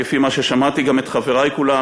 כפי ששמעתי גם את חברי כולם,